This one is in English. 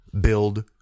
Build